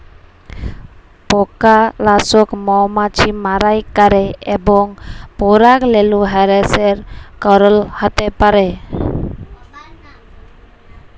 পকালাসক মমাছি মারাই ক্যরে এবং পরাগরেলু হেরাসের কারল হ্যতে পারে